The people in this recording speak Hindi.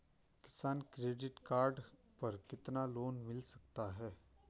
किसान क्रेडिट कार्ड पर कितना लोंन मिल सकता है?